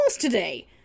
today